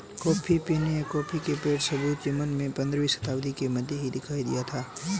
coffee पीने या coffee के पेड़ के सबूत यमन में पंद्रहवी शताब्दी के मध्य में दिखाई दिया था